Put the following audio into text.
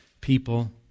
people